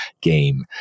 game